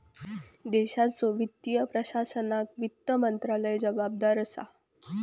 देशाच्यो वित्तीय प्रशासनाक वित्त मंत्रालय जबाबदार असा